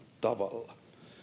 tavalla